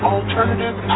Alternative